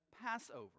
Passover